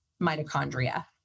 mitochondria